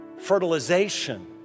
fertilization